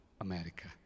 America